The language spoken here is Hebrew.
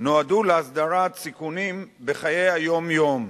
נועדו להסדרת סיכונים בחיי היום-יום.